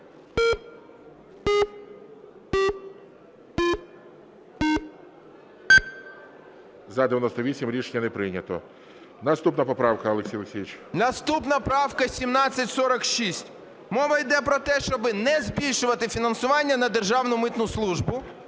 За-98 Рішення не прийнято. Наступна поправка, Олексій Олексійович. 10:34:19 ГОНЧАРЕНКО О.О. Наступна правка 1746. Мова йде про те, щоб не збільшувати фінансування на Державну митну службу,